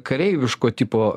kareiviško tipo